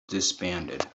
disbanded